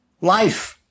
Life